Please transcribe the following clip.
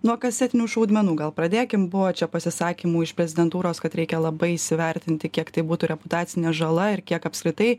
nuo kasetinių šaudmenų gal pradėkim buvo čia pasisakymų iš prezidentūros kad reikia labai įsivertinti kiek tai būtų reputacinė žala ir kiek apskritai